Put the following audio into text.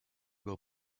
will